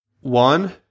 one